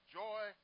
joy